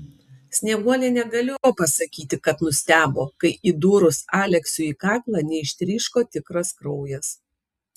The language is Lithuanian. snieguolė negalėjo pasakyti kad nustebo kai įdūrus aleksiui į kaklą neištryško tikras kraujas